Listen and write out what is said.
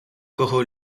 кого